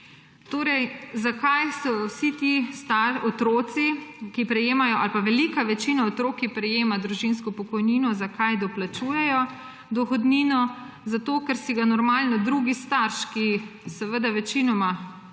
Torej, zakaj vsi ti otroci ali pa velika večina otrok, ki prejema družinsko pokojnino, zakaj doplačujejo dohodnino? Zato, ker si ga je, normalno, drugi starš, ki seveda večinoma